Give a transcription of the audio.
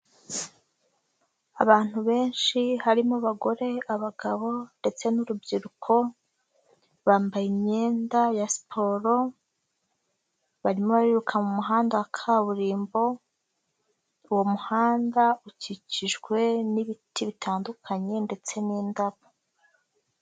Abantu benshi harimo abagore, abagabo ndetse n'urubyiruko, bambaye imyenda ya siporo, barimo biruka mu muhanda wa kaburimbo, uwo muhanda ukikijwe n'ibiti bitandukanye ndetse n'indabo.